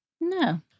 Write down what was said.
No